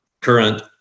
current